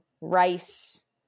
rice